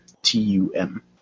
T-U-M